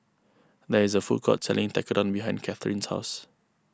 there is a food court selling Tekkadon behind Kathrine's house